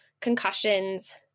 concussions